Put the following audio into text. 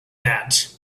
that